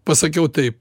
pasakiau tai